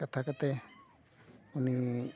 ᱠᱟᱛᱷᱟ ᱠᱟᱛᱮᱫ ᱩᱱᱤ